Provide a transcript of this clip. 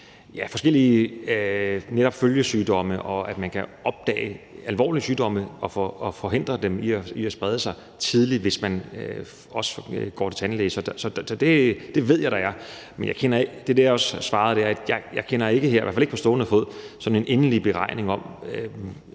forskellige følgesygdomme, og at man kan opdage alvorlige sygdomme tidligt og forhindre dem i at sprede sig, hvis man også går til tandlægen – det ved jeg. Det, jeg også svarede, var, at jeg – i hvert fald ikke på stående fod – ikke kender sådan en endelig beregning på,